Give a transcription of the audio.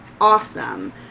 awesome